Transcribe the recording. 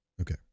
Okay